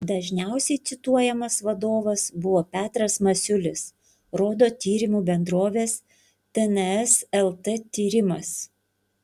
dažniausiai cituojamas vadovas buvo petras masiulis rodo tyrimų bendrovės tns lt tyrimas